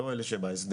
לא אלה שבהסדר.